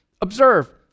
Observe